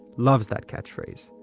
loves that catchphrase.